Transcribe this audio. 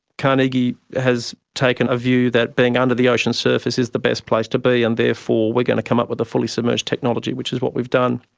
carnegie has taken a view that being under the ocean's surface is the best place to be and therefore we are going to come up with a fully submerged technology, which is what we've done.